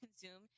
consume